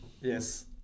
Yes